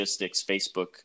Facebook